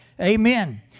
Amen